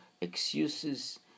excuses